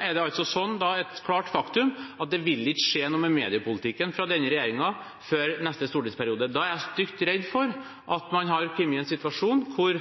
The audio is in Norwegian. er det et klart faktum at det ikke vil skje noe med mediepolitikken fra denne regjeringen før neste stortingsperiode. Jeg er stygt redd for at man da har kommet i en situasjon hvor